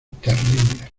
terribles